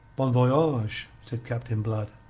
bon voyage, said captain blood,